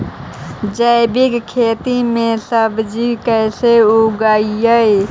जैविक खेती में सब्जी कैसे उगइअई?